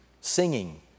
singing